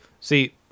See